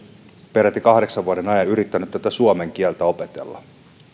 peräti kahdeksan vuoden ajan yrittänyt suomen kieltä opetella ja